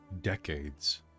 decades